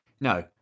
No